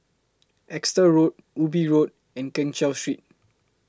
Exeter Road Ubi Road and Keng Cheow Street